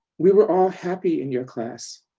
we were all happy in your class.